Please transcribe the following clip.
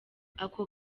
ako